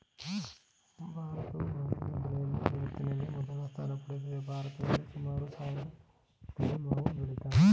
ಭಾರತವು ಮಾವಿನ ಬೆಳೆಯಲ್ಲಿ ಜಗತ್ತಿನಲ್ಲಿ ಮೊದಲ ಸ್ಥಾನ ಪಡೆದಿದೆ ಭಾರತದಲ್ಲಿ ಸುಮಾರು ಸಾವಿರ ತಳಿ ಮಾವು ಬೆಳಿತಾರೆ